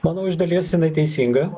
manau iš dalies jinai teisinga